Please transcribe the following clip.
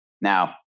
Now